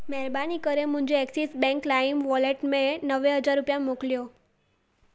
मेहरॿानी करे मुंजे Axis Bank Lime wallet में नवे हज़ार रुपया मोकिलियो